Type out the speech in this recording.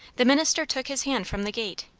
the minister took his hand from the gate,